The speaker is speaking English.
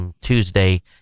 tuesday